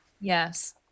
Yes